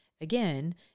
Again